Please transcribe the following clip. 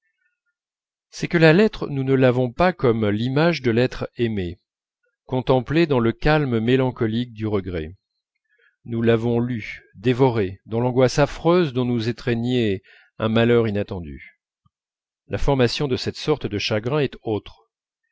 c'est que la lettre nous ne l'avons pas comme l'image de l'être aimé contemplée dans le calme mélancolique du regret nous l'avons lue dévorée dans l'angoisse affreuse dont nous étreignait un malheur inattendu la formation de cette sorte de chagrins est autre